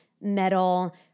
metal